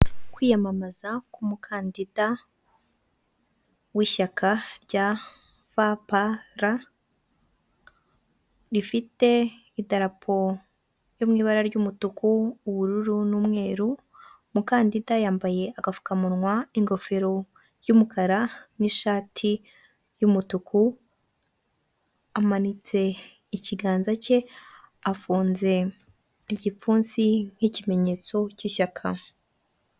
Kwiyamamaza k'umukandida w'ishyaka rya fapara rifite idarapo yo mu ibara ry'umutuku, ubururu n'umweru, umukandida yambaye agapfukamunwa n'ingofero y'umukara n'ishati y'umutuku, amanitse ikiganza cye afunze igipfunsi nk'ikimenyetso cy'ishyaka.